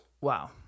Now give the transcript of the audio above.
Wow